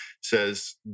says